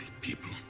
people